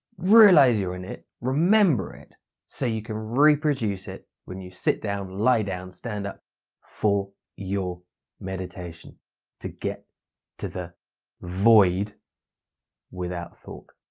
realize you're in it. remember it so you can reproduce it when you sit down, lie down, stand up for your meditation to get to the void without thought.